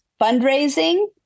fundraising